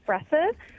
expressive